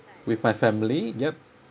with my family yup